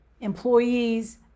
employees